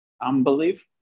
Unbelievable